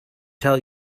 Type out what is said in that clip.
tell